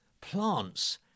plants